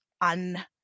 un